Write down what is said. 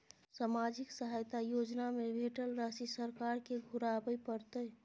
सामाजिक सहायता योजना में भेटल राशि सरकार के घुराबै परतै?